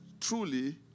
truly